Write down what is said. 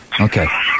Okay